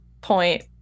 point